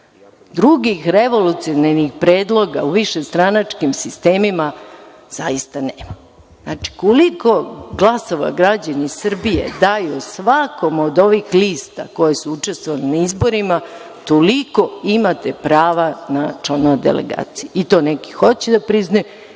Drugih revolucionarnih predloga u višestranačkim sistemima zaista nema. Znači, koliko glasova građani Srbije daju svakoj od ovih lista koje su učestvovale na izborima, toliko imate prava na članove delegacije i to neki hoće da priznaju,